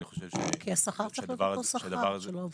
כי השכר צריך להיות אותו שכר של העובדים.